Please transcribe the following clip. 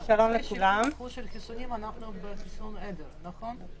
--- של החיסונים אז אנחנו על חסינות עדר, נכון?